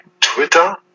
Twitter